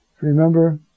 remember